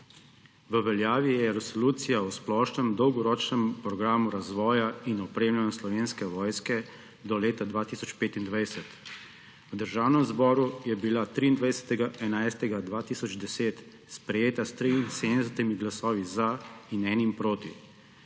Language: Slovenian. V veljavi je Resolucija o splošnem dolgoročnem programu razvoja in opremljenja Slovenske vojske do leta 2025. V Državnem zboru je bila 23. 11. 2010 sprejeta s 73 glasovi za in 1 proti.